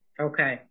Okay